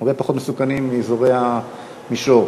הרבה פחות מסוכנים מאזורי המישור.